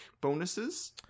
bonuses